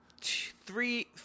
three